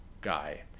guy